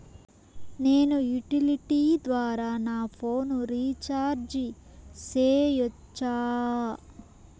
నేను యుటిలిటీ ద్వారా నా ఫోను రీచార్జి సేయొచ్చా?